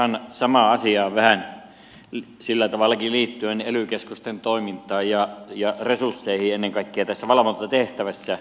ihan samaan asiaan vähän sillä tavallakin liittyen ely keskusten toimintaan ja resursseihin ennen kaikkea tässä valvontatehtävässä